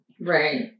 Right